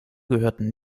gehörten